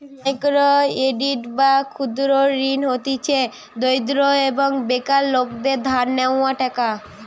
micro credit বা ক্ষুদ্র ঋণ হতিছে দরিদ্র এবং বেকার লোকদের ধার লেওয়া টাকা